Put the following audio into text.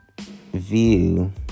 view